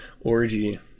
orgy